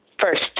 first